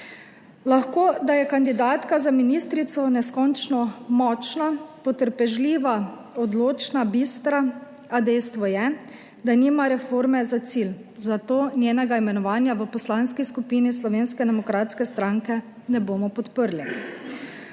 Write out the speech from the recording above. Lahko, da je kandidatka za ministrico neskončno močna, potrpežljiva, odločna, bistra, a dejstvo je, da nima reforme za cilj, zato njenega imenovanja v Poslanski skupini Slovenske demokratske stranke ne bomo podprli.